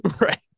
right